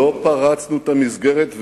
לא פרצנו את המסגרת,